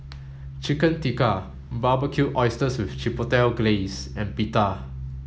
Chicken Tikka Barbecued Oysters with Chipotle Glaze and Pita